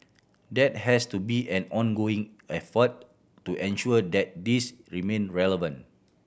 that has to be an ongoing effort to ensure that this remain relevant